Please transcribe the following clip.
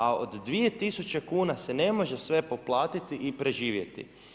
A od 2.000 kuna se ne može sve poplatiti i preživjeti.